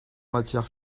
matière